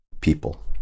people